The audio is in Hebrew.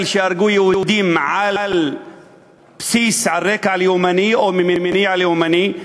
שהרגו יהודים על רקע לאומני או ממניע לאומני,